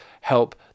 help